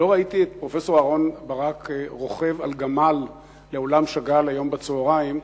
לא ראיתי את פרופסור אהרן ברק רוכב על גמל לאולם שאגאל היום בצהריים,